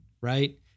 right